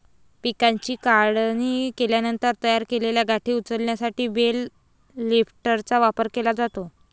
पिकाची काढणी केल्यानंतर तयार केलेल्या गाठी उचलण्यासाठी बेल लिफ्टरचा वापर केला जातो